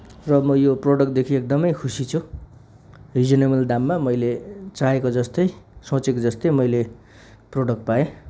र म यो प्रडक्टदेखि एकदमै खुशी छु रिजनेबल दाममा मैले चाहेको जस्तै सोचेको जस्तै मैले प्रडक्ट पाएँ